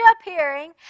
appearing